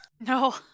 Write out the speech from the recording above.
No